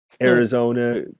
Arizona